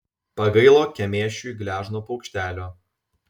pagailo kemėšiui gležno paukštelio